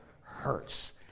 hurts